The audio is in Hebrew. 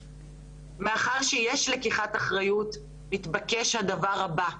מאחר שיש לקיחת אחריות, מתבקש הדבר הבא: